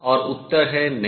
और उत्तर है नहीं